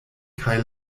kaj